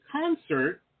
concert